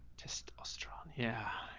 just australia. yeah,